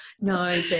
No